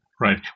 right